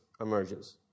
emerges